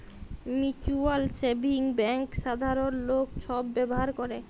mutual savings bank সাধারল লক ছব ব্যাভার ক্যরে